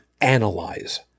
analyze